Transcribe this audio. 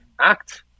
act